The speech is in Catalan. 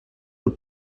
del